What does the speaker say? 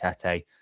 Tete